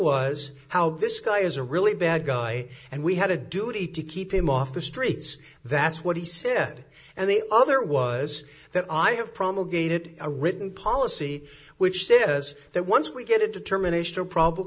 was how this guy is a really bad guy and we had a duty to keep him off the streets that's what he said and the other was that i have promulgated a written policy which says that once we get a determination of probable